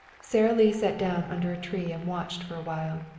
sara lee sat down under a tree and watched for a while.